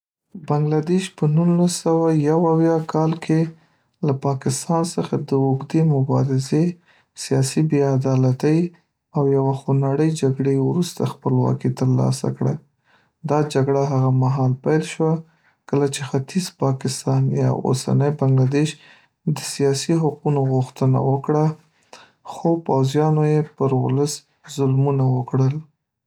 بنګلدېش په نولس سوه یو اویا کال کې له پاکستان څخه د اوږدې مبارزې، سیاسي بې‌عدالتۍ، او یوه خونړۍ جګړې وروسته خپلواکي ترلاسه کړه. دا جګړه هغه مهال پیل شوه کله چې ختیځ پاکستان یا اوسنی بنګلدېش د سیاسي حقونو غوښتنه وکړه، خو پوځیانو یې پر ولس ظلمونه وکړل.